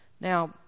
Now